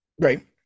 right